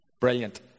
Brilliant